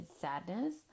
sadness